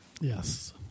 yes